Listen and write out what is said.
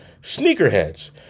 sneakerheads